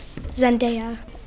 Zendaya